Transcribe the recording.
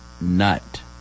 nut